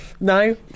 No